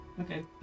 Okay